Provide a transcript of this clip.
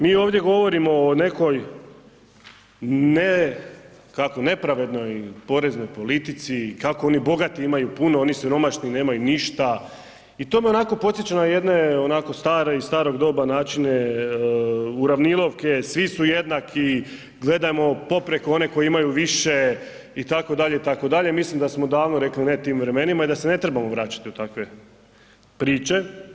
Mi ovdje govorimo o nekoj kako nepravednoj poreznoj politici, kako oni bogati imaju puno, oni siromašni nemaju ništa i to me onako podsjeća na jedne onako stare iz starog doba načine uravnilovke, svi su jednaki, gledamo poprijeko one koji imaju više itd., itd. mislim da smo davno rekli ne tim vremenima i da se ne trebamo vraćati u takve priče.